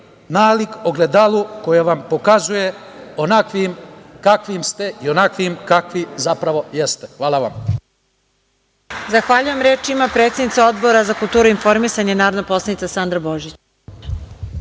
nalik ogledalu koje vam pokazuje onakvim kakvim ste i onakvim kakvim zapravo jeste. Hvala. **Marija Jevđić** Zahvaljujem. Reč ima predsednica Odbora za kulturu i informisanje, narodna poslanica Sandra Božić.